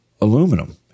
aluminum